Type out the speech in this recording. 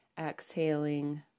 exhaling